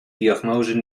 diagnose